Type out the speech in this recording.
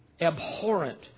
abhorrent